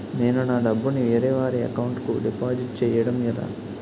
నేను నా డబ్బు ని వేరే వారి అకౌంట్ కు డిపాజిట్చే యడం ఎలా?